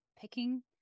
picking